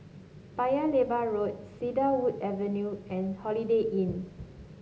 Paya Lebar Road Cedarwood Avenue and Holiday Inn